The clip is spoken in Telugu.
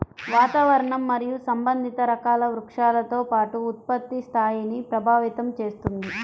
వాతావరణం మరియు సంబంధిత రకాల వృక్షాలతో పాటు ఉత్పత్తి స్థాయిని ప్రభావితం చేస్తుంది